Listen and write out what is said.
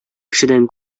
кешедән